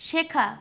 শেখা